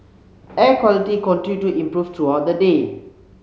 air quality continued to improve throughout the day